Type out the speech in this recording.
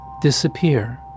disappear